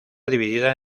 dividida